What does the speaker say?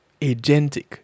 agentic